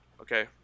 okay